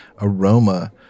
aroma